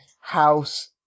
house